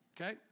okay